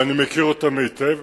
ואני מכיר אותן היטב.